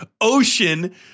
ocean